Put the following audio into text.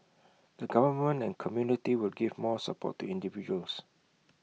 the government and community will give more support to individuals